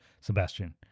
Sebastian